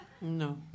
No